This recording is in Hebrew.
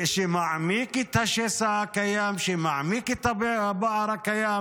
שמעמיק את השסע הקיים, שמעמיק את הפער הקיים.